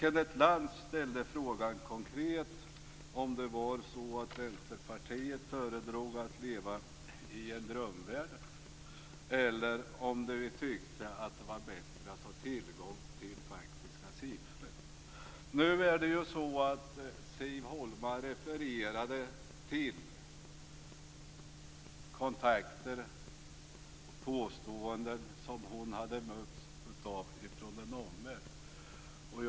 Kenneth Lantz ställde en konkret fråga om det var så att Vänsterpartiet föredrog att leva i en drömvärld eller om vi tyckte att det var bättre att ha tillgång till faktiska siffror. Siv Holma refererade till kontakter hon haft och påståenden som hon hade mött från en omvärld.